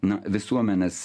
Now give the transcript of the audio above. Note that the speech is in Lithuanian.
na visuomenės